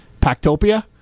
Pactopia